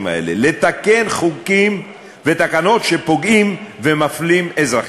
האלה ולתקן חוקים ותקנות שפוגעים ומפלים אזרחים.